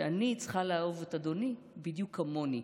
אני צריכה לאהוב את אדוני בדיוק כמוני.